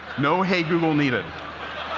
no hey, google needed.